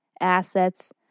assets